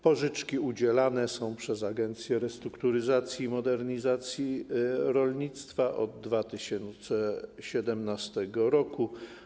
Pożyczki udzielane są przez Agencję Restrukturyzacji i Modernizacji Rolnictwa od 2017 r.